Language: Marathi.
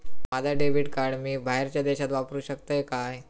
माझा डेबिट कार्ड मी बाहेरच्या देशात वापरू शकतय काय?